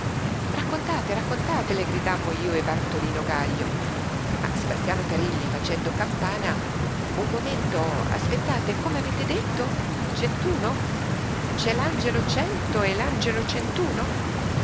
raccontate raccontate le gridammo io e bartolino gaglio ma sebastiano terilli facendo campana un momento aspettate come avete detto centuno c'è l'angelo cento e